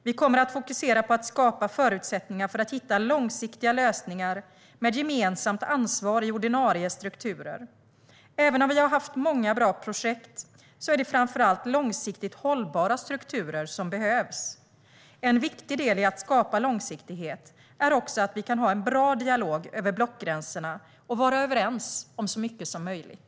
Vi kommer att fokusera på att skapa förutsättningar för att hitta långsiktiga lösningar med gemensamt ansvar i ordinarie strukturer. Även om vi har haft många bra projekt är det framför allt långsiktigt hållbara strukturer som behövs. En viktig del i att skapa långsiktighet är också att vi kan ha en bra dialog över blockgränserna och vara överens om så mycket som möjligt.